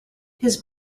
his